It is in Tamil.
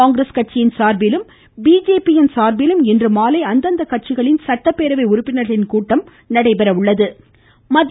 காங்கிரஸ் கட்சியின் சார்பிலும் பிஜேபியின் சார்பிலும் இன்று மாலை அந்தந்த கட்சிகளின் சட்டப்பேரவை உறுப்பினர்களின் கூட்டம் நடைபெற உள்ளது